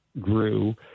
grew